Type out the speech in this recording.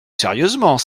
sérieusement